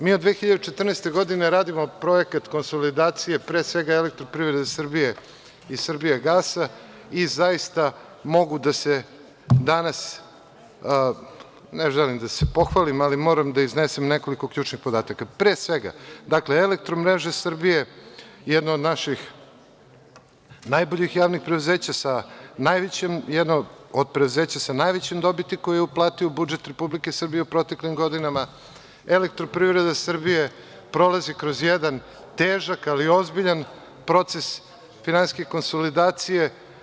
Mi od 2014. godine radimo projekat konsolidacije, pre svega Elektroprivrede Srbije i Srbijagasa, i zaista mogu da se danas, ne želim da se pohvalim, ali moram da iznesem nekoliko ključnih podataka, pre svega, Elektromreže Srbije, jedna od naših najboljih javnih preduzeća, jedno od preduzeća sa najvećim dobiti koju je uplatio u budžet Republike Srbije u proteklim godinama, Elektroprivreda Srbije prolazi kroz jedan težak, ali ozbiljan proces finansijske konsolidacije.